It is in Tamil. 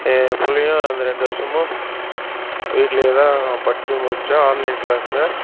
என் பிள்ளைகோ அந்த ரெண்டு வருஷமும் வீட்லேயே தான் படித்து முடிச்சோம் ஆன்லைன் கிளாஸில்